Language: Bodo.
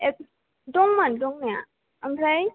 दंमोन दंनाया आमफ्राय